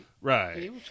Right